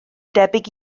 debyg